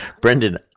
Brendan